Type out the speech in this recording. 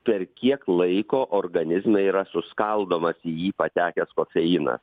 per kiek laiko organizme yra suskaldomas į jį patekęs kofeinas